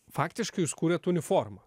faktiškai jūs kūrėt uniformą